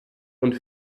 und